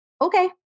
okay